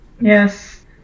yes